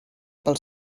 pel